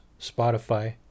Spotify